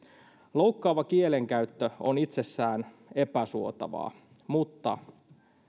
loukkaava kielenkäyttö on itsessään epäsuotavaa mutta